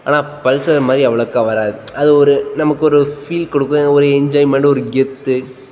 ஆனால் பல்சர் மாதிரி அவ்வளோக்கா வராது அது ஒரு நமக்கொரு ஃபீல் கொடுக்கும் ஒரு என்ஜாய்மெண்ட் ஒரு கெத்து